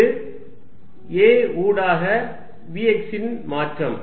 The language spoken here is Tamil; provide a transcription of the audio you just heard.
இது a ஊடாக vx ன் மாற்றம்